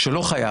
הוא לא חייב,